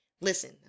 listen